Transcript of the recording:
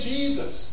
Jesus